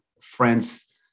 friends